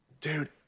dude